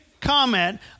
comment